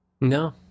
No